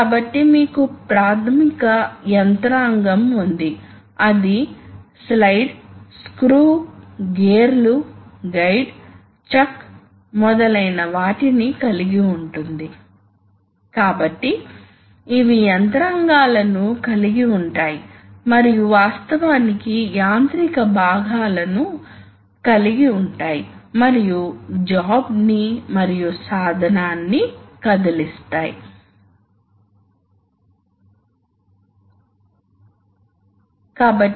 ఇప్పుడు మనం actuator elements లేదా న్యూమాటిక్ సిలిండర్ వద్దకు వచ్చాము న్యూమాటిక్ సిలిండర్లు తక్కువ శక్తి సామర్థ్యాన్ని కలిగి ఉంటాయి మరియు అవి అధిక వేగం కలిగి ఉంటాయి ఎందుకంటే అవి సాధారణంగా తక్కువ లోడ్లకు వ్యతిరేకంగా నడపబడతాయి మరియు ఇది మోషన్ కాబట్టి మోషన్ అంత ఖచ్చితమైనది కాదు ఎందుకంటే అక్కడ ఫ్రిక్షన్ ఎక్కువగా ఉందని మరియు గాలి లీక్ను నివారించడానికి సీల్స్ గట్టిగా ఉన్నాయని మీకు తెలుసు తద్వారా పంప్ అభివృద్ధి చేసిన ఎనర్జీ వృధా కాదు